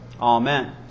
Amen